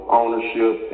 ownership